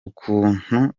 ukuntu